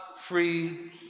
free